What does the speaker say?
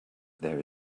this